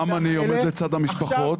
גם אני עומד לצד המשפחות.